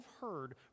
heard